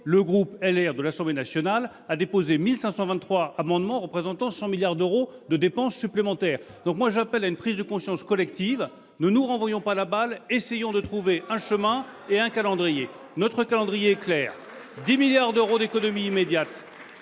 Les Républicains de l’Assemblée nationale a déposé 1 523 amendements, représentant 100 milliards d’euros de dépenses supplémentaires. Rien que ça ! J’appelle à une prise de conscience collective. Ne nous renvoyons pas la balle, essayons de trouver un chemin et un calendrier. Notre calendrier est clair : 10 milliards d’euros d’économies immédiates,